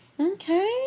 Okay